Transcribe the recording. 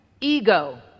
ego